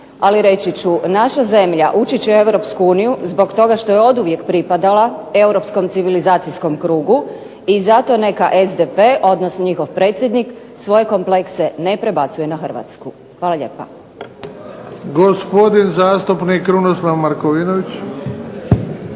ali reći ću naša zemlja ući će u Europsku uniju zbog toga što je oduvijek pripadala europskom civilizacijskom krugu i zato neka SDP, odnosno njihov predsjednik svoje komplekse ne prebacuje na Hrvatsku. Hvala lijepa.